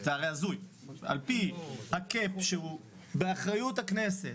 זה הרי הזוי, על פי הקאפ שהוא באחריות הכנסת,